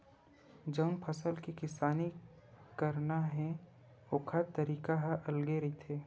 जउन फसल के किसानी करना हे ओखर तरीका ह अलगे रहिथे